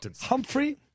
Humphrey